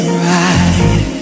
right